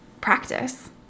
practice